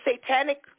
satanic